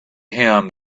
him